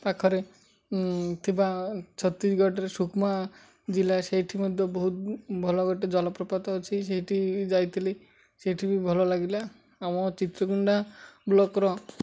ପାଖରେ ଥିବା ଛତିଶଗଡ଼ରେ ସୁକ୍ମା ଜିଲ୍ଲା ସେଇଠି ମଧ୍ୟ ବହୁତ ଭଲ ଗୋଟେ ଜଳପ୍ରପାତ ଅଛି ସେଇଠି ଯାଇଥିଲି ସେଇଠି ବି ଭଲ ଲାଗିଲା ଆମ ଚିତ୍ରକୁୁଣ୍ଡା ବ୍ଲକର